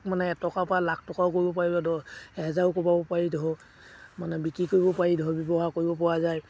মানে এটকা পৰা লাখ টকাও কৰিব পাৰিব ধৰক এহেজাৰো কৰিব পাৰি ধৰক মানে বিক্ৰী কৰিব পাৰি ধৰক ব্যৱহাৰ কৰিব পৰা যায়